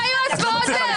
בושה.